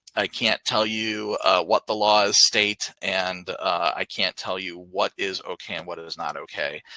i can't tell you what the law is state. and i can't tell you what is okay and what is not okay.